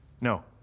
No